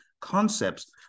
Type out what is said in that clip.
concepts